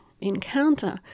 encounter